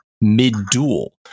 mid-duel